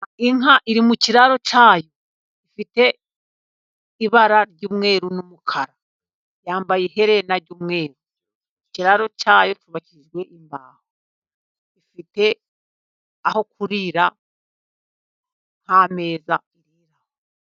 Inka iri mu kiraro cya yo ifite ibara ry'umweru n'umukara. Yambaye ihena ry'umweru, Ikiraro cya yo cyubakijwe imbaho. Ifite aho kurira nk'ameza iriraho.